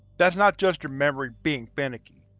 that's not just your memory being finicky.